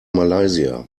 malaysia